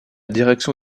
direction